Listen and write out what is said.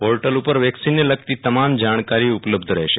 portal ઉપર વેકિસનને લગતી તમામ જાણકારી ઉપલબ્ધ રહેશે